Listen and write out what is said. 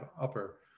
upper